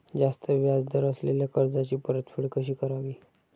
जास्त व्याज दर असलेल्या कर्जाची परतफेड कशी करावी?